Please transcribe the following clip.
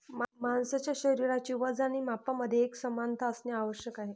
माणसाचे शरीराचे वजन आणि मापांमध्ये एकसमानता असणे आवश्यक आहे